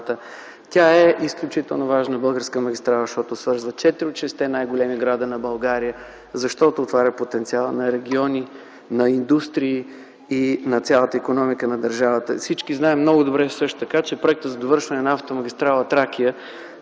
Тя е изключително важна българска магистрала, защото свързва четири от шестте най-големи града на България, защото отваря потенциала на региони, на индустрии и на цялата икономика на държавата. Всички знаем много добре, че проектът за довършване на автомагистрала „Тракия”